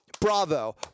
bravo